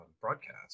broadcast